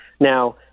Now